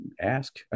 ask